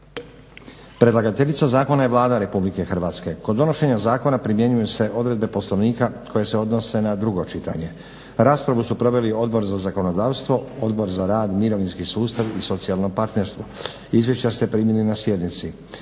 Predlagateljica Zakona je Vlada RH. Kod donošenja zakona primjenjuju se odredbe poslovnika koje se odnose na drugo čitanje. Raspravu su proveli Odbor za zakonodavstvo, Odbor za rad, mirovinski sustav i socijalno partnerstvo. Izvješća ste primili na sjednici.